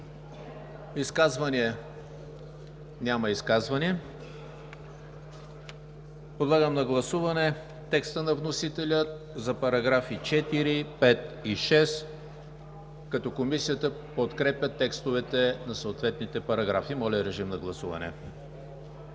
Изказвания? Няма. Подлагам на гласуване текста на вносителя за параграфи 4, 5 и 6, като Комисията подкрепя текстовете на съответните параграфи. Гласували